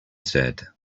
said